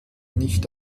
nicht